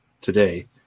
today